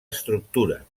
estructura